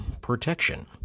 protection